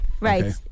Right